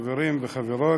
חברים וחברות,